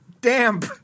damp